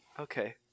Okay